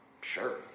Sure